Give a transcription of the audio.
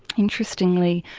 interestingly,